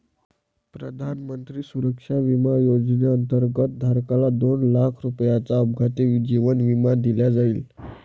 प्रधानमंत्री सुरक्षा विमा योजनेअंतर्गत, धारकाला दोन लाख रुपयांचा अपघाती जीवन विमा दिला जाईल